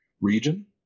region